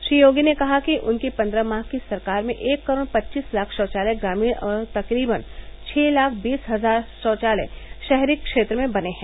श्री योगी ने कहा कि उनकी पन्द्रह माह की सरकार में एक करोड़ पच्चीस लाख शौचालय ग्रामीण और तकरीबन छह लाख बीस हजार शौचालय शहरी क्षेत्र में बने हैं